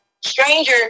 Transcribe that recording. Stranger